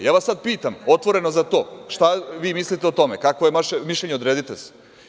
Ja vas sada pitam otvoreno za to – šta vi mislite o tome, kakvo je vaše mišljenje, odredite se?